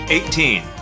Eighteen